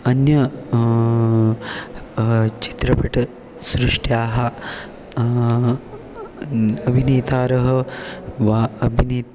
अन्य चित्रपटसृष्ट्याः अभिनेतारः वा अबिने